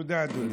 תודה, אדוני.